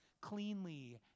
cleanly